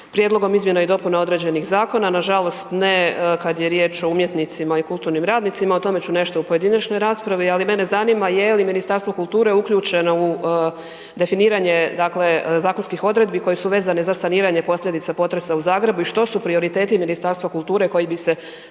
prijedlogom izmjena i dopuna određenih zakona. Nažalost, ne kada je riječ o umjetnicima i kulturnim radnicima, o tome ću nešto u pojedinačnoj raspravi, ali mene zanima jeli Ministarstvo kulture uključeno u definiranje zakonskih odredbi koje su vezane za saniranje posljedica potresa u Zagrebu i što su prioriteti Ministarstva kulture koji bi se